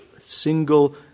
Single